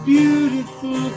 Beautiful